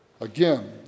Again